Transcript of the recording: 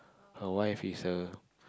her wife is a